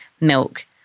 milk